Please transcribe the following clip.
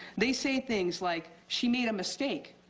they say things like she made a mistake.